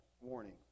warning